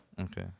Okay